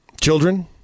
children